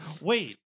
Wait